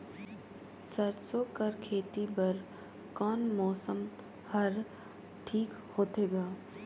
सरसो कर खेती बर कोन मौसम हर ठीक होथे ग?